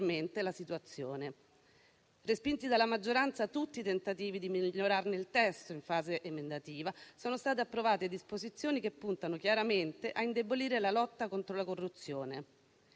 la situazione. Respinti dalla maggioranza tutti i tentativi di migliorarne il testo in fase emendativa, sono state approvate disposizioni che puntano chiaramente a indebolire la lotta contro la corruzione.